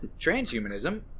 transhumanism